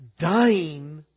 dying